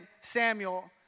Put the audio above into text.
Samuel